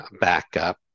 backup